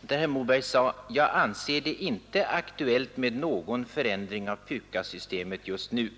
där herr Moberg sade: ”Jag anser det inte aktuellt med någon förändring av Pukassystemet just nu.